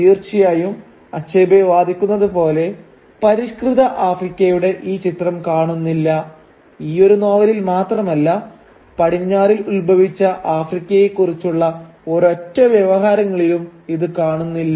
തീർച്ചയായും അച്ഛബേ വാദിക്കുന്നത് പോലെ പരിഷ്കൃത ആഫ്രിക്കയുടെ ഈ ചിത്രം കാണുന്നില്ല ഈയൊരു നോവലിൽ മാത്രമല്ല പടിഞ്ഞാറിൽ ഉൽഭവിച്ച ആഫ്രിക്കയെ കുറിച്ചുള്ള ഒരൊറ്റ വ്യവഹാരങ്ങളിലും ഇത് കാണുന്നില്ല